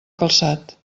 calçat